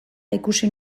ikusi